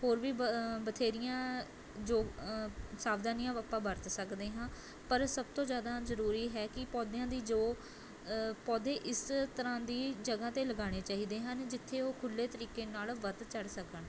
ਹੋਰ ਵੀ ਬ ਬਥੇਰੀਆਂ ਜੋ ਸਾਵਧਾਨੀਆਂ ਆਪਾਂ ਵਰਤ ਸਕਦੇ ਹਾਂ ਪਰ ਸਭ ਤੋਂ ਜ਼ਿਆਦਾ ਜਰੂਰੀ ਹੈ ਕਿ ਪੌਦਿਆਂ ਦੀ ਜੋ ਪੌਦੇ ਇਸ ਤਰ੍ਹਾਂ ਦੀ ਜਗ੍ਹਾ 'ਤੇ ਲਗਾਉਣੇ ਚਾਹੀਦੇ ਹਨ ਜਿੱਥੇ ਉਹ ਖੁੱਲ੍ਹੇ ਤਰੀਕੇ ਨਾਲ ਵੱਧ ਚੜ੍ਹ ਸਕਣ